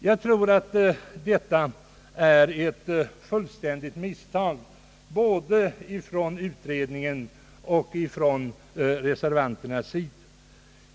Jag tror att detta är ett fullständigt misstag från både utredningens och reservanternas sida.